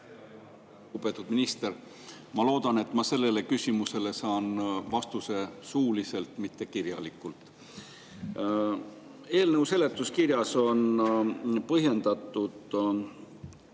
Lugupeetud minister! Ma loodan, et ma sellele küsimusele saan vastuse suuliselt, mitte kirjalikult. Eelnõu seletuskirjas on põhjendatud